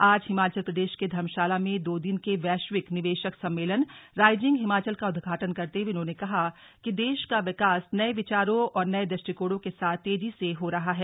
आज हिमाचल प्रदेश के धर्मशाला में दो दिन के वैश्विक निवेशक सम्मेलन राइजिंग हिमाचल का उद्घाटन करते हुए उन्होंने कहा कि देश का विकास नये विचारों और नये दृष्टिकोण के साथ तेजी से हो रहा है